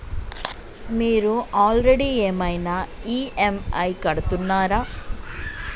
మీరు ఆల్రెడీ ఏమైనా ఈ.ఎమ్.ఐ కడుతున్నారా?